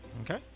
Okay